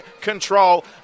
control